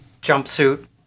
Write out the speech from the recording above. jumpsuit